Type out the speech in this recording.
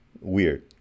weird